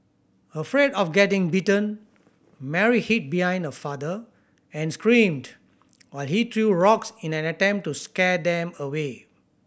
afraid of getting bitten Mary hid behind her father and screamed while he threw rocks in an attempt to scare them away